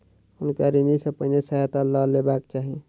हुनका ऋण सॅ पहिने सहायता लअ लेबाक चाही